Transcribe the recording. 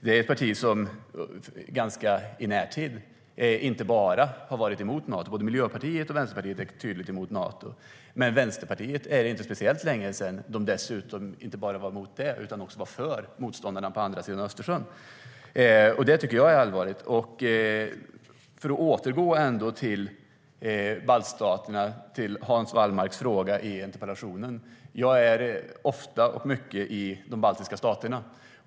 Det är ett parti som inte bara är emot Nato - både Miljöpartiet och Vänsterpartiet är tydligt emot Nato - utan dessutom, för inte speciellt länge sedan, var för motståndarna på andra sidan Östersjön. Det tycker jag är allvarligt. För att återgå till baltstaterna och till Hans Wallmarks fråga i interpellationen: Jag är ofta och mycket i de baltiska staterna.